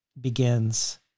begins